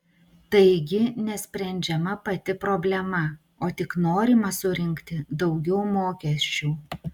taigi nesprendžiama pati problema o tik norima surinkti daugiau mokesčių